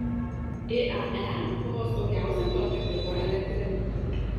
iae buvo saugiausia tokio tipo elektrinė